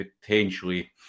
potentially